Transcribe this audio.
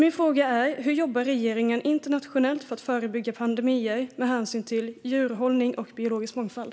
Min fråga är därför hur regeringen jobbar internationellt för att förebygga pandemier med hänsyn till djurhållning och biologisk mångfald.